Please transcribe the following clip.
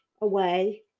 away